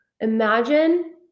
imagine